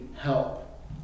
help